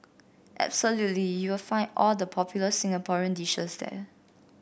absolutely you will find all the popular Singaporean dishes there